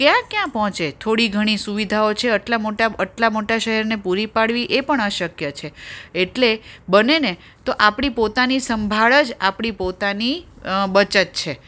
ક્યાં ક્યાં પહોંચે થોડી ઘણી સુવિધાઓ છે અટલે આટલા મોટા શહેરને પૂરી પાડવી એ પણ અશક્ય છે એટલે બનેને તો આપણી પોતાની સંભાળ જ આપણી પોતાની બચત છે